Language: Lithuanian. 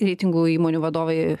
reitingų įmonių vadovai